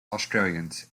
australians